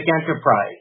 enterprise